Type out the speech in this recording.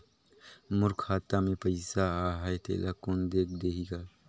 मोर खाता मे पइसा आहाय तेला कोन देख देही गा?